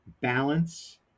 balance